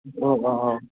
औ अ अ